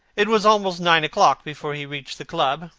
it was almost nine o'clock before he reached the club,